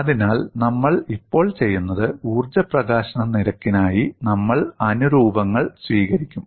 അതിനാൽ നമ്മൾ ഇപ്പോൾ ചെയ്യുന്നത് ഊർജ്ജ പ്രകാശന നിരക്കിനായി നമ്മൾ അനുരൂപങ്ങൾ സ്വീകരിക്കും